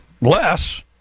less